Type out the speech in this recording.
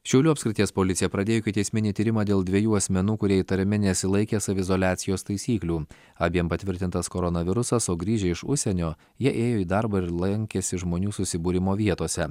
šiaulių apskrities policija pradėjo ikiteisminį tyrimą dėl dviejų asmenų kurie įtariami nesilaikė saviizoliacijos taisyklių abiem patvirtintas koronavirusas o grįžę iš užsienio jie ėjo į darbą ir lankėsi žmonių susibūrimo vietose